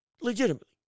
Legitimately